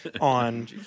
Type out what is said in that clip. on